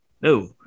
No